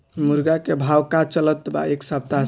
मुर्गा के भाव का चलत बा एक सप्ताह से?